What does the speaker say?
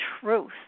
truth